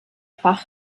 bach